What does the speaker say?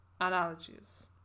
analogies